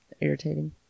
irritating